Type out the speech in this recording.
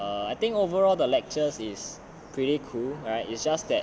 err I think overall the lectures is pretty cool alright it's just that